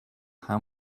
how